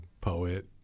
poet